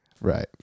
Right